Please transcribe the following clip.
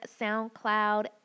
SoundCloud